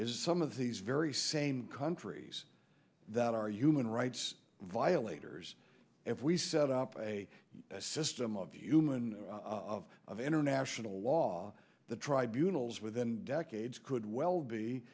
is some of these very same countries that are human rights violators if we set up a system of human of of international law the tribunals within decades could well be